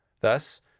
Thus